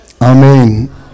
Amen